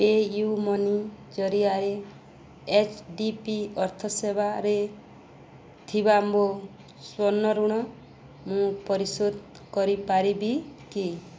pay you Money ଜରିଆରେ H D B ଅର୍ଥ ସେବାରେ ଥିବା ମୋ ସ୍ଵର୍ଣ୍ଣ ଋଣ ମୁଁ ପରିଶୋଧ କରିପାରିବି କି